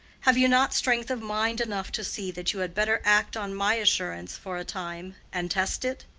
have you not strength of mind enough to see that you had better act on my assurance for a time, and test it?